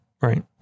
right